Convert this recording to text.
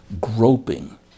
groping